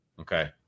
Okay